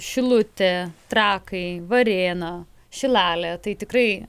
šilutė trakai varėna šilalė tai tikrai